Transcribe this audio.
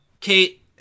Kate